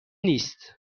نیست